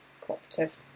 cooperative